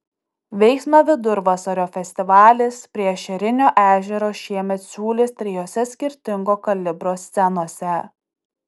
veiksmą vidurvasario festivalis prie ešerinio ežero šiemet siūlys trijose skirtingo kalibro scenose